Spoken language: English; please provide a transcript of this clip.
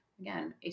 again